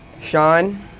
Sean